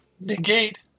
negate